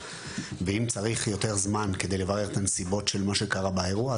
ואם צריך יותר זמן כדי לברר את הנסיבות של מה שקרה באירוע,